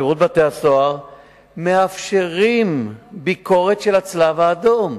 שירות בתי-הסוהר מאפשר ביקורת של הצלב-האדום.